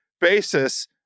basis